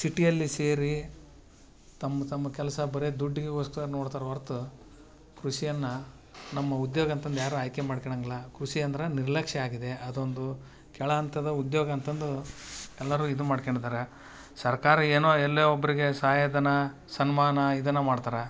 ಸಿಟಿಯಲ್ಲಿ ಸೇರಿ ತಮ್ಮ ತಮ್ಮ ಕೆಲಸ ಬರೀ ದುಡ್ಡಿಗೊಸ್ಕರ ನೋಡ್ತಾರೆ ಹೊರತು ಕೃಷಿಯನ್ನ ನಮ್ಮ ಉದ್ಯೋಗ ಅಂತಂದು ಯಾರು ಆಯ್ಕೆ ಮಾಡ್ಕಳಾಂಗಿಲ್ಲ ಕೃಷಿ ಅಂದರೆ ನಿರ್ಲಕ್ಷ್ಯ ಆಗಿದೆ ಅದೊಂದು ಕೆಳ ಹಂತದ ಉದ್ಯೋಗ ಅಂತಂದು ಎಲ್ಲರು ಇದು ಮಾಡ್ಕಂಡಿದಾರ ಸರ್ಕಾರ ಏನೊ ಎಲ್ಲೊ ಒಬ್ಬರಿಗೆ ಸಹಾಯ ಧನ ಸನ್ಮಾನ ಇದನ್ನ ಮಾಡ್ತಾರ